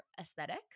aesthetic